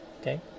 okay